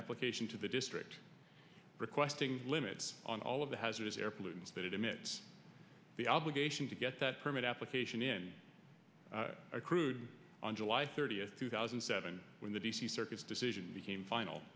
application to the district requesting limits on all of the hazardous air pollutants that it emits the obligation to get that permit application in our crude on july thirtieth two thousand and seven when the d c circuit decision became final